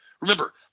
remember